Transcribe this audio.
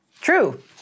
True